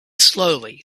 slowly